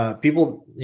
people